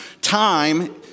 time